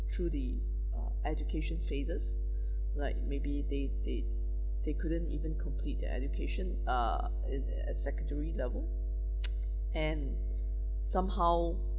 through the uh education phases like maybe they they they couldn't even complete their education ah in a secondary level and somehow